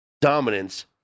dominance